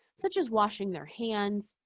such as washing their hands,